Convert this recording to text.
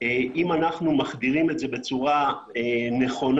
אם אנחנו מחדירים את זה בצורה נכונה,